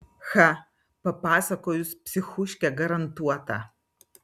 cha papasakojus psichuškė garantuota